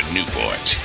Newport